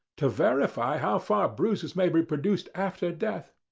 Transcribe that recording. to verify how far bruises may be produced after death.